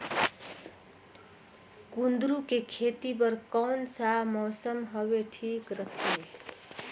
कुंदूरु के खेती बर कौन सा मौसम हवे ठीक रथे?